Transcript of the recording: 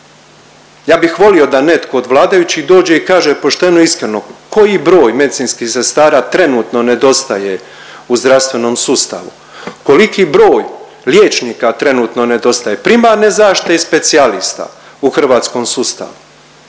Ja bih volio da netko od vladajućih dođe i kaže pošteno, iskreno koji broj medicinskih sestara trenutno nedostaje u zdravstvenom sustavu, koliki broj liječnika trenutno nedostaje primarne zaštite i specijalista u hrvatskom sustavu.